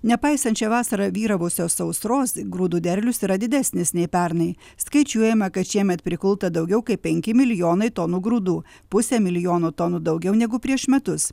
nepaisant šią vasarą vyravusios sausros grūdų derlius yra didesnis nei pernai skaičiuojama kad šiemet prikulta daugiau kaip penki milijonai tonų grūdų pusę milijono tonų daugiau negu prieš metus